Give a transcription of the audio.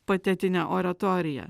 patetinę oratoriją